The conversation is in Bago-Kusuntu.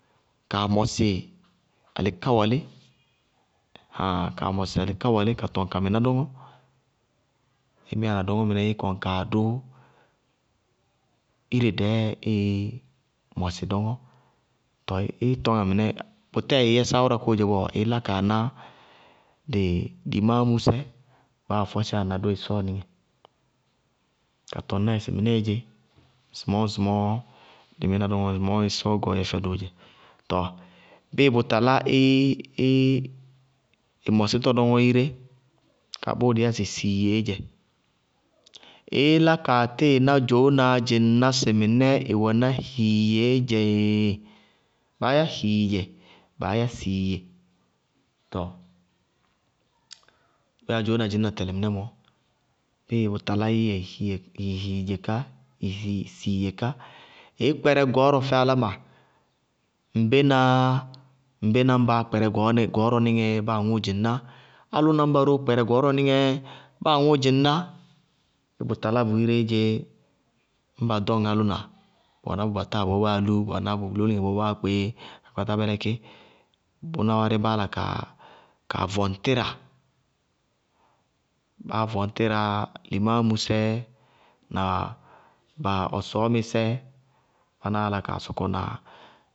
Kaa mɔsɩ alɩkáwalɩ, kaa mɔsɩ alɩkáwalɩ ka tɔŋ ka mɩná dɔŋɔ, í míyana dɔŋɔ íí dʋ ire dɛɛ íí mɔsɩ dɔŋɔ. Tɔɔ í tɔñŋá mɩnɛ, bʋtɛɛ ɩí yɛ sááwʋra kóoó dzɛ bɔɔ? Íí la kaa ná dɩ limáámʋsɛ baáá fɔsíyána dʋ ɩsɔɔ níŋɛɛ ka tɔŋ sɩ ŋsɩmɔɔ ŋsɩmɔɔɔ dɩ mína dɔŋɔ, ŋsɩmɔɔ ɩsɔɔɔ gɛ ɔ yɛ fɛdʋʋ dzɛ. Ŋnáa? Tɔɔ bíɩ bʋtalá ɩ- ɩ mɔsítɔ iré, bʋʋ dɩí yá sɩ hiiyeé dzɛ, ɩí lá kaa tíɩ ná dzoónaá dzɩŋná sɩ mɩnɛɛ ɛwɛná hiiyeé dzɛ ééé baá yá a hiiye, baá yá siiye. Tɔɔ bʋyáa dzoóna dzɩñna minɛ mɔ, bíɩ bʋ talá í yɛ ɩ hiiye ayé ɩ hiidze ká, ñŋ bʋ talá mɩnɛ ɩí kpɛrɛ gɔɔrɔ fɛ áláma. Ŋbénaá ŋbéna ñbaá kpɛrɛ gɔɔrɔníŋɛ báa aŋʋʋ dzɩŋná, álʋna ñba róó kpɛrɛ gɔɔrɔníŋɛ báa aŋʋʋ dzɩŋná, ñŋ bʋ talá bʋ iréé dzé, ñŋ ba ɖɔŋ álʋna, bʋ wɛná bʋ batáa bɔɔ báa lú, bʋ wɛná bʋ lóliŋɛɛ bɔɔ báa kpeé, ka kpátá bɩlɛkí. Bʋná wárí báá la kaa vɔŋ tíra. Báá vɔŋ tíraá, limáámusɛ na ba ɔ sɔʋmɩsɛ báná á la kaa sɔkɔ na.